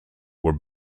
were